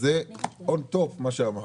וזה און טופ מה שאמרנו.